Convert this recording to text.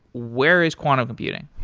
where is quantum computing?